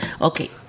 Okay